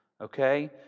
okay